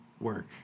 work